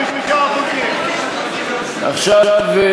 עכשיו,